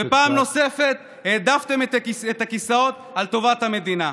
ופעם נוספת העדפתם את הכיסאות על טובת המדינה.